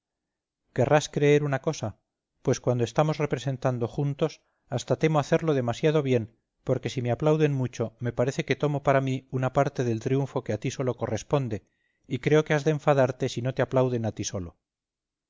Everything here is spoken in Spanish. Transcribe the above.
querrás creer una cosa pues cuando estamos representando juntos hasta temo hacerlo demasiado bien porque si me aplauden mucho me parece que tomo para mí una parte del triunfo que a ti sólo corresponde y creo que has de enfadarte si no te aplauden a ti solo